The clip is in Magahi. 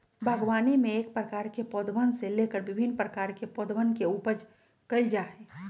बागवानी में एक प्रकार के पौधवन से लेकर भिन्न प्रकार के पौधवन के उपज कइल जा हई